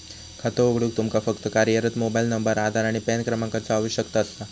खातो उघडूक तुमका फक्त कार्यरत मोबाइल नंबर, आधार आणि पॅन क्रमांकाचो आवश्यकता असा